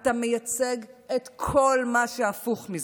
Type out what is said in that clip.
אתה מייצג את כול מה שהפוך מזה.